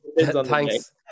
thanks